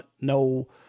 no